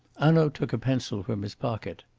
hanaud took a pencil from his pocket.